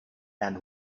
and